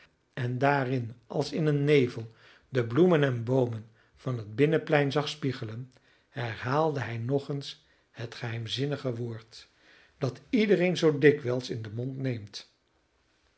en daarin als in een nevel de bloemen en boomen van het binnenplein zag spiegelen herhaalde hij nog eens het geheimzinnige woord dat iedereen zoo dikwijls in den mond neemt